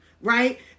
Right